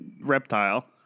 reptile